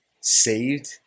saved